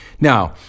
Now